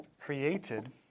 created